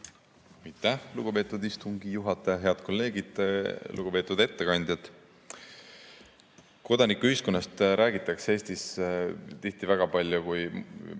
Aitäh, lugupeetud istungi juhataja! Head kolleegid! Lugupeetud ettekandjad! Kodanikuühiskonnast räägitakse Eestis tihti väga palju, kui